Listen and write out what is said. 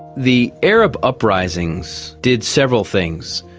the arab uprisings did several things.